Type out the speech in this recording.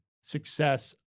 success